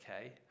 okay